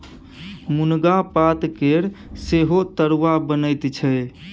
मुनगा पातकेर सेहो तरुआ बनैत छै